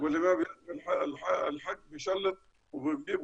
השלטון בירדן תומך בעניין של מורשת ומסורת,